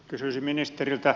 kysyisin ministeriltä